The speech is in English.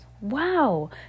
Wow